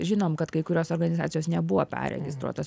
žinom kad kai kurios organizacijos nebuvo perregistruotos